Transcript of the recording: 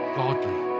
godly